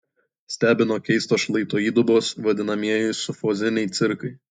stebino keistos šlaito įdubos vadinamieji sufoziniai cirkai